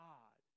God